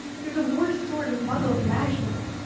they're the worst sort of muggles imaginable.